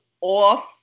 off